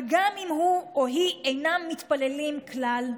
וגם אם הוא או היא אינם מתפללים כלל,